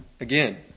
Again